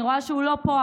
אני רואה שהוא לא פה,